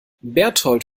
bertold